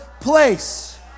place